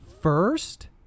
first